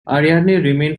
remained